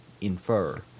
infer